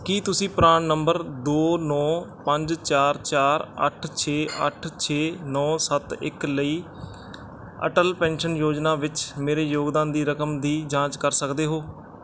ਕੀ ਤੁਸੀਂ PRAN number ਦੋ ਨੌਂ ਪੰਜ ਚਾਰ ਚਾਰ ਅੱਠ ਛੇ ਅੱਠ ਛੇ ਨੌਂ ਸੱਤ ਇੱਕ ਲਈ ਅਟਲ ਪੈਨਸ਼ਨ ਯੋਜਨਾ ਵਿੱਚ ਮੇਰੇ ਯੋਗਦਾਨ ਦੀ ਰਕਮ ਦੀ ਜਾਂਚ ਕਰ ਸਕਦੇ ਹੋ